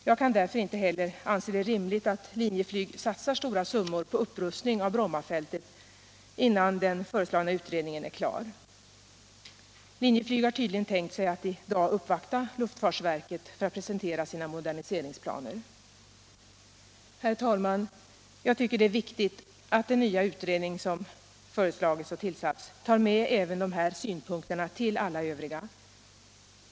Jag kan därför inte heller anse det rimligt att Linjeflyg satsar stora summor Bromma flygplats Bromma flygplats på upprustning av Brommafältet innan den pågående utredningen är klar. Linjeflyg har tydligen tänkt sig att i dag uppvakta luftfartsverket för att presentera sina moderniseringplaner. Herr talman! Jag tycker att det är viktigt att den nya utredning som nu tillsatts tar med även de här synpunkterna till alla övriga.